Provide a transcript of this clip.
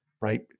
right